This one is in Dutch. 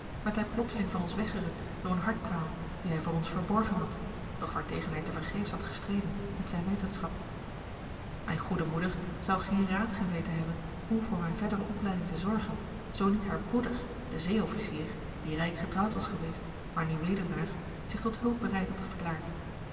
werd hij plotseling van ons weggerukt door eene hartkwaal die hij voor ons verborgen had doch waartegen hij tevergeefs had gestreden met zijne wetenschap mijne goede moeder zou geen raad geweten hebben hoe voor mijne verdere opleiding te zorgen zoo niet haar broeder de zeeofficier die rijk getrouwd was geweest maar nu weduwnaar zich tot hulp bereid had verklaard